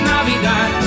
Navidad